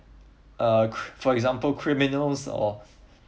uh cri~ for example criminals or